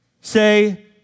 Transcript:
say